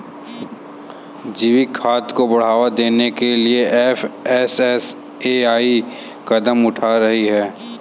जैविक खाद को बढ़ावा देने के लिए एफ.एस.एस.ए.आई कदम उठा रही है